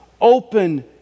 open